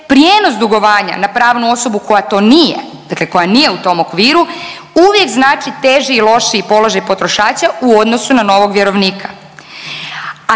prijenos dugovanja na pravnu osobu koja to nije, dakle koja nije u tom okviru uvijek znači teži i lošiji položaj potrošača u odnosu na novog vjerovnika,